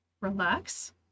relax